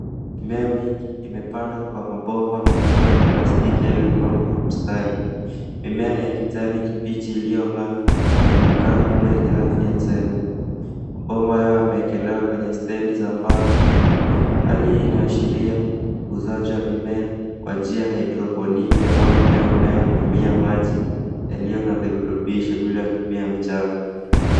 Mimea mingi imepandwa kwa mabomba makubwa ya plastiki yaliyopangwa kwa mstari; mimea ya kijani kibichi iliyong'aa na inaonekana kuwa yenye afya njema. Mabomba hayo yamewekelewa kwenye stendi za mbao. Hali hii inaashiria ukuzaji wa mimea kwa njia ya haidroponiki ambayo mmea humea kutumia maji yaliyo na virutubisho bila kutumia mchanga.